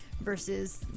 versus